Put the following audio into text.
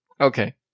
Okay